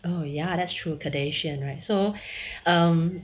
oh ya that's true kadeshian right so um